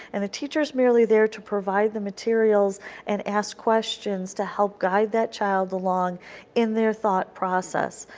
and the teacher is merely there to provide the materials and ask questions to help guide that child along in their thought process,